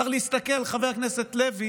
צריך להסתכל, חבר הכנסת לוי,